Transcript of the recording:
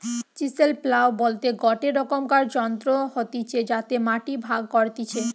chisel plough বলতে গটে রকমকার যন্ত্র হতিছে যাতে মাটি ভাগ করতিছে